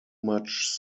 much